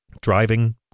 driving